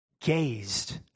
gazed